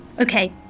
Okay